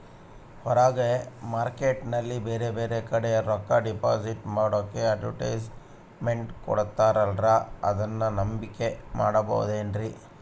ಹೊರಗೆ ಮಾರ್ಕೇಟ್ ನಲ್ಲಿ ಬೇರೆ ಬೇರೆ ಕಡೆ ರೊಕ್ಕ ಡಿಪಾಸಿಟ್ ಮಾಡೋಕೆ ಅಡುಟ್ಯಸ್ ಮೆಂಟ್ ಕೊಡುತ್ತಾರಲ್ರೇ ಅದನ್ನು ನಂಬಿಕೆ ಮಾಡಬಹುದೇನ್ರಿ?